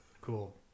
Cool